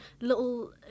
little